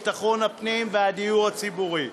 ביטחון הפנים והדיור הציבורי.